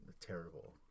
terrible